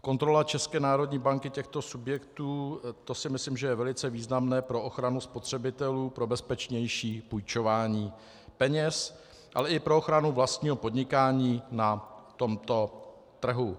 A kontrola České národní banky těchto subjektů, to si myslím, že je velice významné pro ochranu spotřebitelů, pro bezpečnější půjčování peněz, ale i pro ochranu vlastního podnikání na tomto trhu.